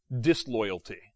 disloyalty